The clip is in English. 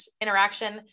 interaction